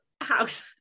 house